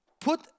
put